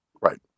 Right